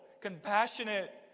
compassionate